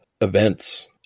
events